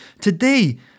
Today